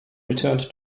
returned